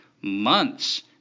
months